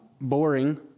boring